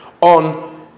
on